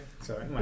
sorry